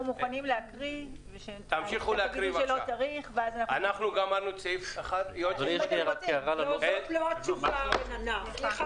אנחנו מוכנים לקרוא --- זאת לא התשובה, רננה.